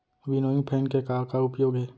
Winnowing fan के का का उपयोग हे?